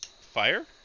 fire